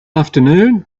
afternoon